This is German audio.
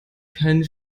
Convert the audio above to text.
kein